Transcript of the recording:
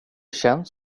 känns